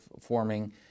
forming